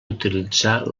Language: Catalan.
utilitzar